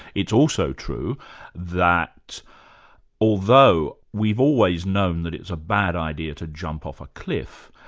it's also true that although we've always known that it's a bad idea to jump off a cliff,